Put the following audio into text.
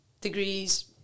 degrees